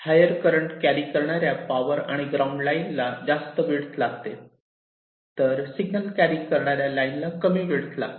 higher current carry करणाऱ्या power आणि ground line ला जास्त विड्थ लागते तर सिग्नल कॅरी करणाऱ्या लाईन ला कमी विड्थ लागते